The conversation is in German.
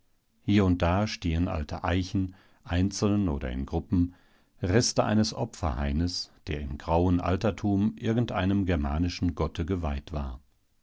hier und da stehen alte eichen einzeln oder in gruppen reste eines opferhaines der im grauen altertum irgendeinem germanischen gotte geweiht war